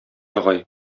агай